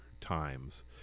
times